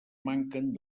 manquen